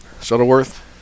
Shuttleworth